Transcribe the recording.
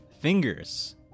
Fingers